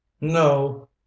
No